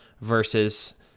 versus